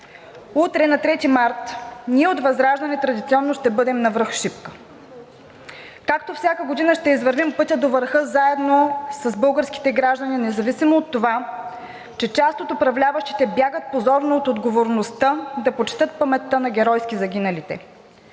Утре на Трети март ние от ВЪЗРАЖДАНЕ традиционно ще бъдем на връх Шипка. Както всяка година, ще извървим пътя до върха заедно с българските граждани, независимо от това, че част от управляващите бягат позорно от отговорността да почетат паметта на геройски загиналите.